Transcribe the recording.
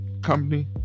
company